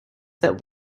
that